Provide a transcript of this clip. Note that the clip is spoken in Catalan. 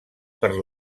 per